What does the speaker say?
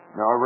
Now